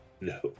no